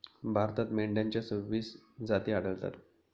भारतात मेंढ्यांच्या सव्वीस जाती आढळतात